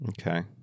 Okay